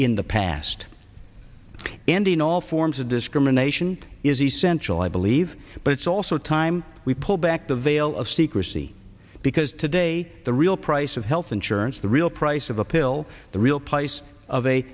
in the past and in all forms of discrimination is essential i believe but it's also time we pull back the veil of secrecy because today the real price of health insurance the real price of a pill the real price of a